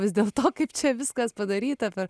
vis dėlto kaip čia viskas padaryta per